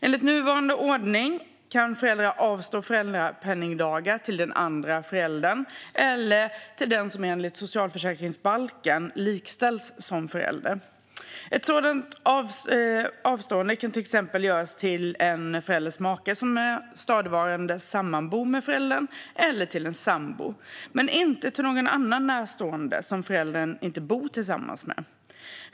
Enligt nuvarande ordning kan föräldrar avstå föräldrapenningdagar till den andra föräldern eller till den som enligt socialförsäkringsbalken likställs med förälder. Ett sådant avstående kan till exempel göras till en förälders make som stadigvarande sammanbor med föräldern eller till en sambo, men inte till någon annan närstående som föräldern inte bor tillsammans med.